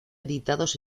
editados